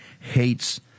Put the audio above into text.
hates